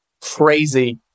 crazy